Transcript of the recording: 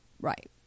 Right